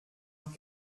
ich